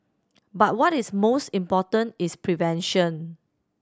but what is most important is prevention